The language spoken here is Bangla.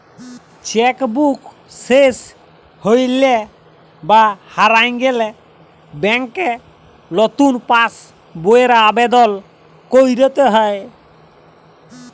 চ্যাক বুক শেস হৈলে বা হারায় গেলে ব্যাংকে লতুন পাস বইয়ের আবেদল কইরতে হ্যয়